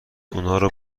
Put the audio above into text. اونارو